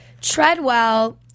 Treadwell